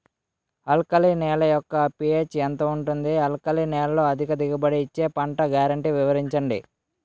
Alkali నేల యెక్క pH ఎంత ఉంటుంది? ఆల్కలి నేలలో అధిక దిగుబడి ఇచ్చే పంట గ్యారంటీ వివరించండి?